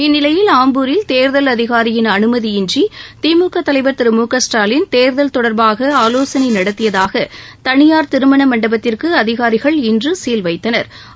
இந்நிலையில் ஆம்பூரில் தேர்தல் அதிகாரியின் அனுமதியின்றி திமுக தலைவர் திரு மு க ஸ்டாலின் தேர்தல் தொடர்பாக ஆலோசனை நடத்தியதாக தனியார் திருமண மண்டபத்திற்கு அதிகாரிகள் இன்று சீல் கைத்தனா்